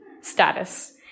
status